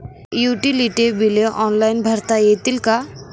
Utility बिले online भरता येतील का?